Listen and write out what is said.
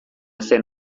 zen